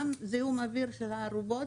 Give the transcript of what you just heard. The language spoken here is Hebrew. גם זיהום האוויר של הארובות,